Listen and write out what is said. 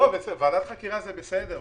ועדת חקירה זה בסדר,